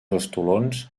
estolons